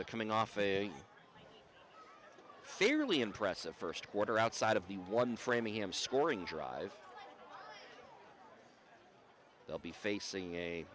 a coming off a fairly impressive first quarter outside of the one framingham scoring drive they'll be facing a